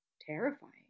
terrifying